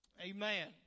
amen